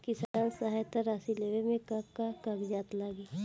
किसान सहायता राशि लेवे में का का कागजात लागी?